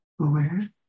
aware